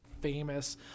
famous